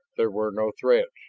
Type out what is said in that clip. there were no treads.